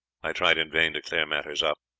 i tried in vain to clear matters up.